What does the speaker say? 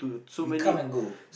we come and go